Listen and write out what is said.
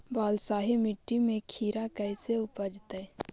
बालुसाहि मट्टी में खिरा कैसे उपजतै?